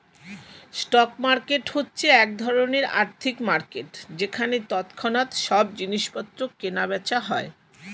stock market হচ্ছে এক ধরণের আর্থিক মার্কেট যেখানে তৎক্ষণাৎ সব জিনিসপত্র কেনা বেচা হয়